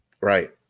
Right